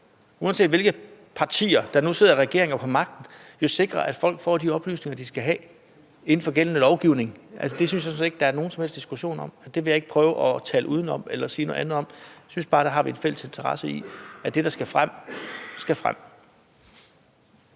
uanset hvilke partier der nu sidder i regeringen og på magten, skal sikre, at folk får de oplysninger, de skal have, inden for gældende lovgivning. Det synes jeg sådan set ikke der er nogen som helst diskussion om. Det vil jeg ikke prøve at tale uden om eller sige noget andet om. Jeg synes bare, vi har en fælles interesse i, at det, der skal frem, kommer frem.